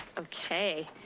okay.